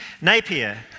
Napier